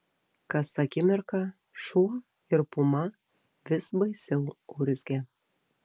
kas akimirką šuo ir puma vis baisiau urzgė